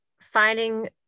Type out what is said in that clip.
finding